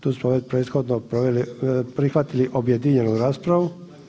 Tu smo već prethodno prihvatili objedinjenu raspravu.